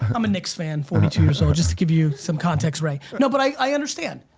i'm a knicks fan, forty two years old, just to give you some context ray. no but i understand.